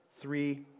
three